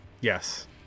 Yes